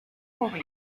korea